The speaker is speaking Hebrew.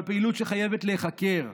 אבל פעילות שחייבת להיחקר,